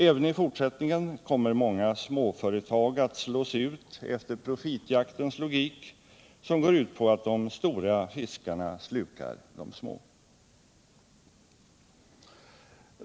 Även i fortsättningen kommer många småföretag att slås ut efter profitjaktens logik, som går ut på att de stora fiskarna slukar de små.